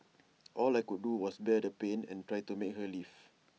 all I could do was bear the pain and try to make her leave